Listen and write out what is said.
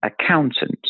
accountant